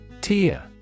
TIA